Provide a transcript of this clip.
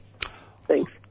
Thanks